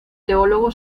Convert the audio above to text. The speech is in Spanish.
teólogo